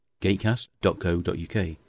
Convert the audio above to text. Gatecast.co.uk